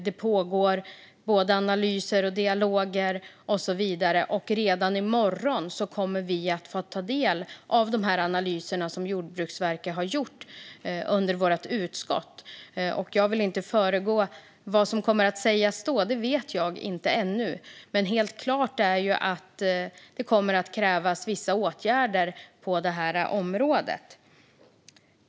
Det pågår analyser, dialoger och så vidare. Och redan i morgon kommer vi i vårt utskott att få ta del av de analyser som Jordbruksverket har gjort. Jag vill inte föregripa vad som kommer att sägas då. Det vet jag inte. Men det är helt klart att det kommer att krävas vissa åtgärder på detta område.